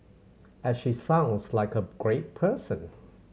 and she sounds like a great person